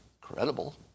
credible